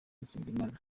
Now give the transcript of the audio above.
nsengimana